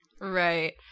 right